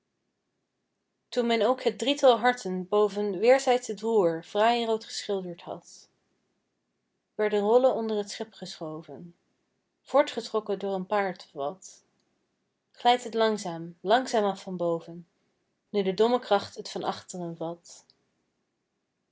toen men ook het drietal harten boven weerzijds t roer fraai roodgeschilderd had werden rollen onder t schip geschoven voortgetrokken door een paard of wat glijdt het langzaam langzaam af van boven nu de dommekracht t van achteren vat